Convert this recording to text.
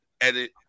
edit